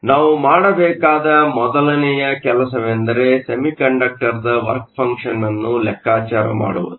ಆದ್ದರಿಂದ ನಾವು ಮಾಡಬೇಕಾದ ಮೊದಲನೆಯ ಕೆಲಸವೆಂದರೆ ಸೆಮಿಕಂಡಕ್ಟರ್ನ ವರ್ಕ್ ಫಂಕ್ಷನ್Work function ಅನ್ನು ಲೆಕ್ಕಾಚಾರ ಮಾಡುವುದು